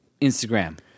Instagram